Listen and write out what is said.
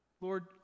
Lord